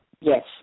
Yes